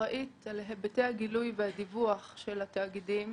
אחראית על היבטי הגילוי והדיווח של התאגידים.